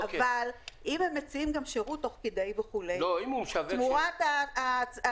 אבל אם הם מציעים גם שירות תוך כדי תמורת התרומה,